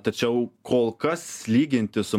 tačiau kol kas lyginti su